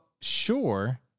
sure